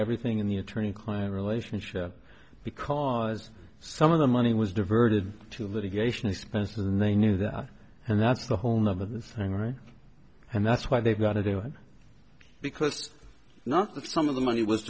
everything in the attorney client relationship because some of the money was diverted to litigation expenses and they knew that and that's the whole of the thing right and that's why they've got to do it because not that some of the money was